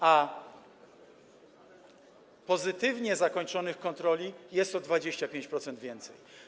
A pozytywnie zakończonych kontroli jest o 25% więcej.